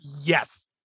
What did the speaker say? Yes